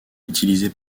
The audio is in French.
utilisé